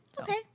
Okay